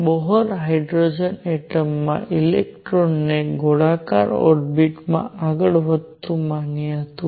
બોહરે hydrogen એટમમાં ઇલેક્ટ્રોનને ગોળાકાર ઓર્બિટમાં આગળ વધતું માન્યું હતું